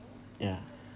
yeah